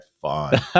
fun